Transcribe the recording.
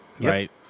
right